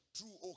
True